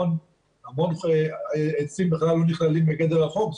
המון עצים בכלל לא נכללים בגדר החוק.